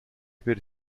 per